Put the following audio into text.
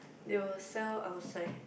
they will sell outside